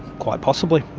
quite possibly,